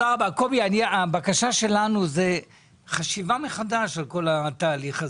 קובי, הבקשה שלנו זה חשיבה מחדש על כל התהליך הזה.